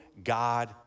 God